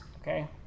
okay